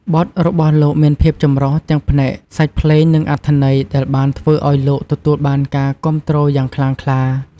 បទរបស់លោកមានភាពចម្រុះទាំងផ្នែកសាច់ភ្លេងនិងអត្ថន័យដែលបានធ្វើឱ្យលោកទទួលបានការគាំទ្រយ៉ាងខ្លាំងក្លា។